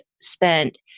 spent